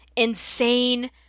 insane